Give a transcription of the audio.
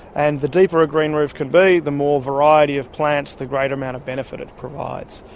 and the deeper a green roof can be, the more variety of plants, the greater amount of benefit it provides.